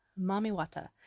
Mamiwata